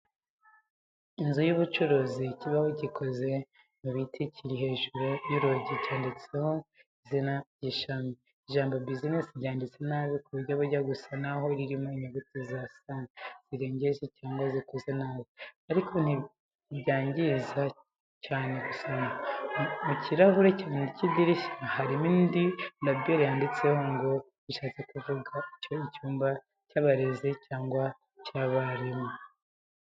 Inzu y'ubucuruzi ikibaho gikoze mu biti kiri hejuru y’urugi cyanditseho izina ry’ishami. Ijambo business ryanditse nabi ku buryo bujya gusa naho ririmo inyuguti za "s" n'izirengeje cyangwa zikoze nabi, ariko ntibyangiza cyane gusoma. Mu kirahure cy’idirishya harimo indi label yanditseho ngo bishatse kuvuga ko icyo ni icyumba cy'abarezi cyangwa abarimu.